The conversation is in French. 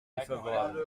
défavorable